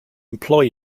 employ